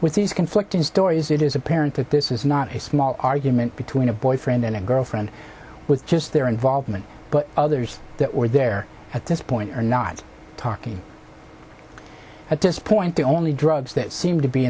with these conflicting stories it is apparent that this is not a small argument between a boyfriend and girlfriend with just their involvement but others that were there at this point are not talking at this point the only drugs that seem to be